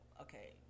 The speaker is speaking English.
okay